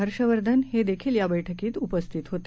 हर्षवर्धन हे देखील या बैठकीत उपस्थित होते